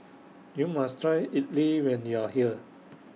YOU must Try Idili when YOU Are here